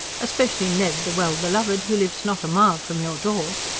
especially ned the well-beloved, who lives not a mile from your door.